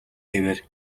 хэвээр